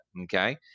Okay